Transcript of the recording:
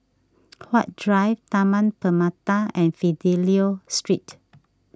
Huat Drive Taman Permata and Fidelio Street